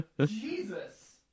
Jesus